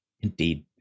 indeed